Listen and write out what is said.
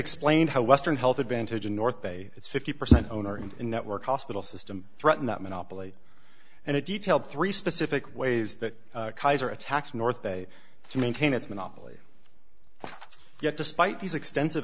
explained how western health advantage in north bay its fifty percent owner and network hospital system threaten that monopoly and it detailed three specific ways that kaiser attacks north bay to maintain its monopoly yet despite these extensive